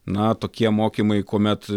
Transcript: na tokie mokymai kuomet